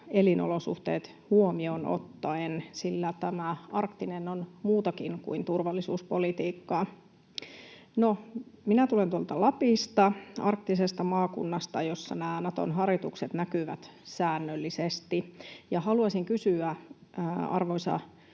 elinolosuhteet huomioon ottaen, sillä tämä arktinen on muutakin kuin turvallisuuspolitiikkaa. No, minä tulen tuolta Lapista, arktisesta maakunnasta, jossa nämä Naton harjoitukset näkyvät säännöllisesti, ja haluaisin kysyä, arvoisa